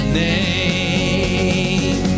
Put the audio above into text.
name